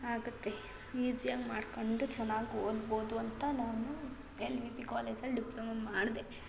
ಆಗುತ್ತೆ ಈಝಿಯಾಗಿ ಮಾಡಿಕೊಂಡು ಚೆನ್ನಾಗಿ ಓದ್ಬೋದು ಅಂತ ನಾನು ಎಲ್ ವಿ ಪಿ ಕಾಲೇಜಲ್ಲಿ ಡಿಪ್ಲೊಮೊ ಮಾಡಿದೆ